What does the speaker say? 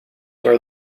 where